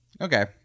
Okay